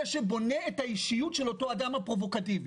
שבונה את האישיות של אותו האדם הפרובוקטיבי.